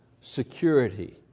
security